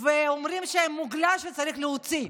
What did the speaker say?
ואומרים שהם מוגלה שצריך להוציא.